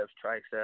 triceps